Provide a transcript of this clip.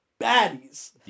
baddies